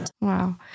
Wow